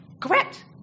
Correct